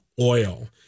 oil